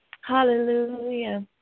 Hallelujah